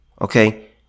Okay